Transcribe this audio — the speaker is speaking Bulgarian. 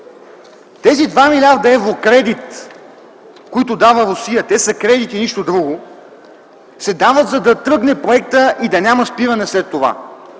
Тези 2 млрд. евро кредит, които дава Русия, са кредит и нищо друго. Те се дават, за да тръгне проектът и да няма спиране след това.